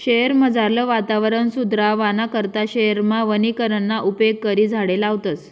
शयेरमझारलं वातावरण सुदरावाना करता शयेरमा वनीकरणना उपेग करी झाडें लावतस